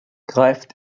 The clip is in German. greift